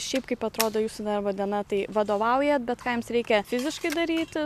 šiaip kaip atrodo jūsų darbo diena tai vadovaujat bet ką jums reikia fiziškai daryti